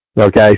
Okay